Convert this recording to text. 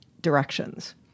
directions